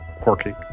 quirky